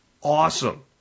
awesome